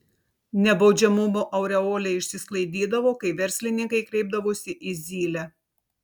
nebaudžiamumo aureolė išsisklaidydavo kai verslininkai kreipdavosi į zylę